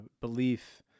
belief